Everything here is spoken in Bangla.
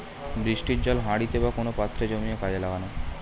বৃষ্টির জল হাঁড়িতে বা কোন পাত্রে জমিয়ে কাজে লাগানো